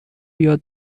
یاد